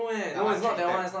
the archery tag